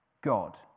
God